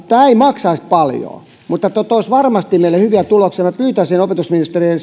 tämä ei maksaisi paljon mutta toisi varmasti meille hyviä tuloksia ja pyytäisin opetusministeriltä